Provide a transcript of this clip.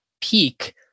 peak